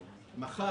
מחר,